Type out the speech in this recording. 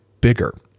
bigger